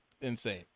insane